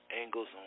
angles